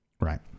Right